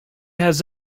has